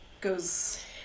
goes